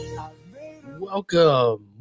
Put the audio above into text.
welcome